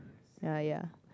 ya ya